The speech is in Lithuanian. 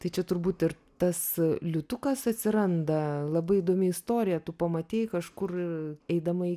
tai čia turbūt ir tas liūtukas atsiranda labai įdomi istorija tu pamatei kažkur eidama į